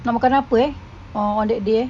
nak makan apa eh on that day